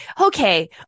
Okay